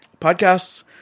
podcasts